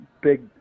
big